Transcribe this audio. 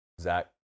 Zach